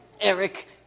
Eric